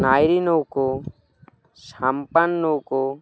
নায়রি নৌকা সাম্পান নৌকা